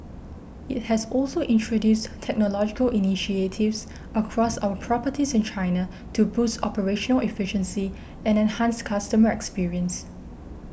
it has also introduced technological initiatives across our properties in China to boost operational efficiency and enhance customer experience